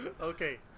okay